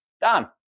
Done